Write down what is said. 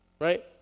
right